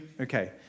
Okay